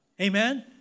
Amen